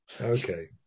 okay